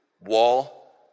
wall